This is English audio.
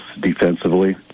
defensively